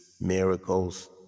miracles